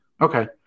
okay